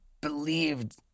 believed